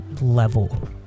level